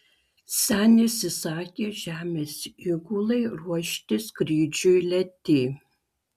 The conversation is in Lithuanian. senis įsakė žemės įgulai ruošti skrydžiui letį